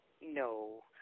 No